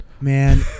Man